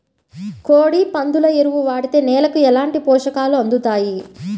కోడి, పందుల ఎరువు వాడితే నేలకు ఎలాంటి పోషకాలు అందుతాయి